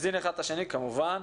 כמובן.